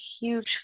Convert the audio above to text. huge